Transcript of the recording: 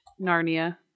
Narnia